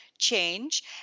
Change